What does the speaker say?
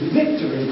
victory